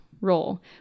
role